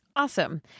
Awesome